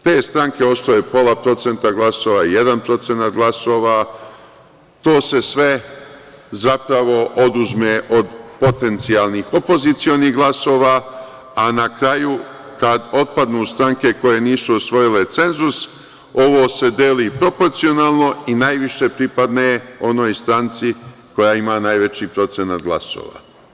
Te stranke osvoje pola procenta glasova, 1% glasova, to se sve zapravo oduzme od potencijalnih opozicionih glasova, a na kraju kad otpadnu stranke koje nisu osvojile cenzus ovo se deli proporcionalno i najviše pripadne onoj stranci koja ima najveći procenat glasova.